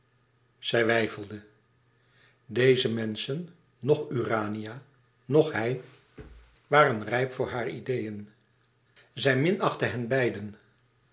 zij weifelde deze menschen noch urania noch hij waren rijp voor hare ideeën zij minachtte hen beiden